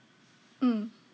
mm